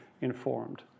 informed